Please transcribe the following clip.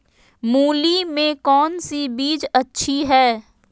मूली में कौन सी बीज अच्छी है?